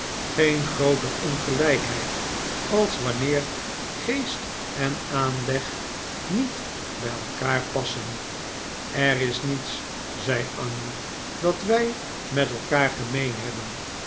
geen grooter ongelijkheid als wanneer geest en aanleg niet bij elkaar passen er is niets zei annie dat wij met elkaar gemeen hebben